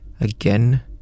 again